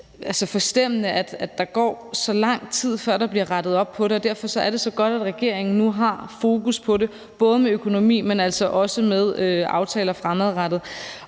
altså forstemmende, at der går så lang tid, før der bliver rettet op på det. Derfor er det så godt, at regeringen nu har fokus på det, både med hensyn til økonomi, men altså også med hensyn til aftaler fremadrettet.